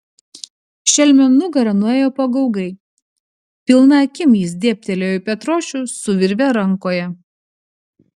šelmio nugara nuėjo pagaugai pilna akim jis dėbtelėjo į petrošių su virve rankoje